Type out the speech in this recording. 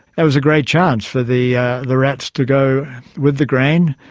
that was a great chance for the the rats to go with the grain,